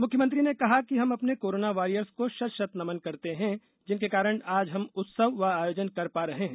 मुख्यमंत्री ने कहा कि हम अपने कोरोना वारियर्स को शत शत नमन करते हैं जिनके कारण आज हम उत्सव व आयोजन कर पा रहे हैं